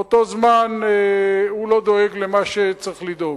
באותו זמן הוא לא דואג למה שצריך לדאוג.